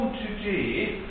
today